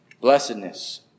Blessedness